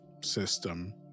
system